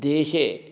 देशे